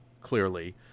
clearly